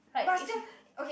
but still okay